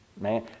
man